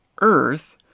earth